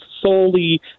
solely